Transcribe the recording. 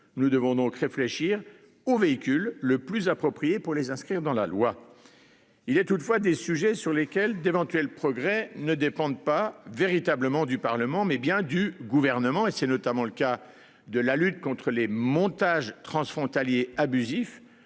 Nous devons donc réfléchir aux véhicules le plus approprié pour les inscrire dans la loi. Il est toutefois des sujets sur lesquels d'éventuels progrès ne dépendent pas véritablement du Parlement mais bien du gouvernement et c'est notamment le cas de la lutte contre les montages transfrontaliers abusif.